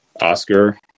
Oscar